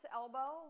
elbow